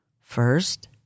First